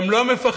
הם לא מפחדים,